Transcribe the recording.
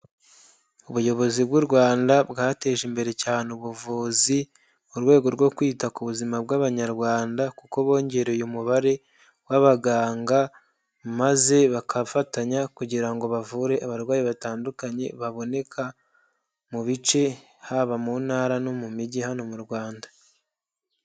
Ubuyobozi bw'u Rwanda bwateje imbere cyane ubuvuzi mu rwego rwo kwita ku buzima bw'Abanyarwanda kuko bongereye umubare w'abaganga maze bakafatanya kugira ngo bavure abarwayi batandukanye baboneka mu bice haba mu ntara no mu mijyi hano mu Rwanda.